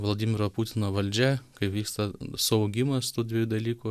vladimiro putino valdžia kaip vyksta suaugimas tų dviejų dalykų